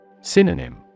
Synonym